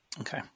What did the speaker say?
Okay